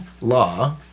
law